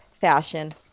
fashion